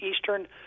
eastern